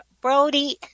Brody